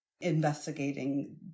investigating